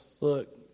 look